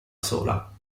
sola